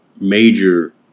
major